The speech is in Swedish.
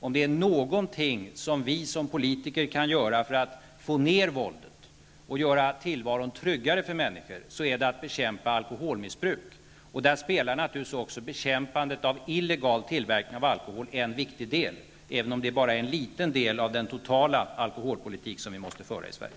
Om det är något som vi som politiker kan göra för att minska våldet och göra tillvaron tryggare för människor är det att bekämpa alkoholmissbruk. Och där spelar naturligtvis bekämpandet av illegal tillverkning av alkohol en viktig roll, även om det är bara en liten del av den totala alkoholpolitik som vi måste föra i Sverige.